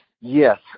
yes